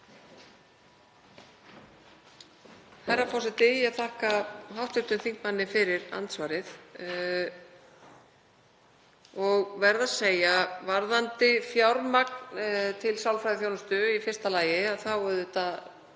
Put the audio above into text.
Herra forseti. Ég þakka hv. þingmanni fyrir andsvarið og verð að segja varðandi fjármagn til sálfræðiþjónustu, í fyrsta lagi, að því var auðvitað